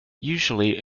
usually